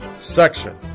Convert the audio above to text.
section